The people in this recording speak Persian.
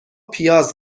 پیاز